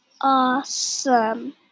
awesome